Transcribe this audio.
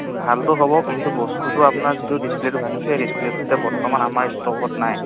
ভালতো হ'ব কিন্তু বস্তুটো আপোনাৰ যিটো ডিছপ্লেটো ভাঙিছে সেই ডিছপ্লেটো এতিয়া বৰ্তমান আমাৰ ষ্টকত নাই